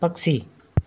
पक्षी